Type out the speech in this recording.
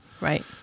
Right